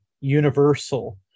universal